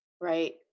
Right